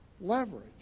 leverage